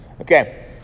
Okay